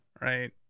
right